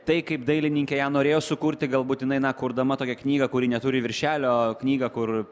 tai kaip dailininkė ją norėjo sukurti gal būtinai na kurdama tokią knygą kuri neturi viršelio knygą kur